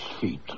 feet